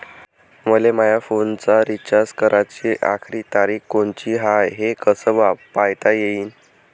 मले माया फोनचा रिचार्ज कराची आखरी तारीख कोनची हाय, हे कस पायता येईन?